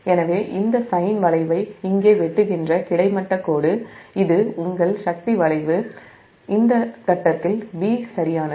எனவே இந்த சைன் வளைவை இங்கே வெட்டுகின்ற கிடைமட்ட கோடு இது இது உங்கள் சக்தி வளைவு இந்த ஃபேஸ்ல் 'B' சரியானது